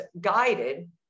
guided